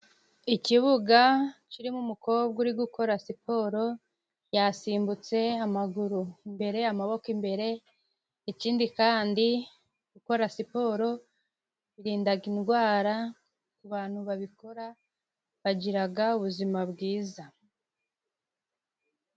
Ikibuga kirimo umukobwa uri gukora siporo yasimbutse amaguru imbere, amaboko imbere, ikindi kandi gukora siporo birindaga indwara ku bantu babikora bagiraga ubuzima bwiza.